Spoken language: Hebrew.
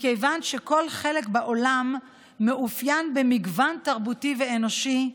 מכיוון שכל חלק בעולם מתאפיין במגוון תרבותי ואנושי,